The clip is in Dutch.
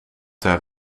daar